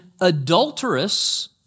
adulterous